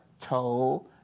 told